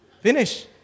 Finish